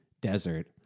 desert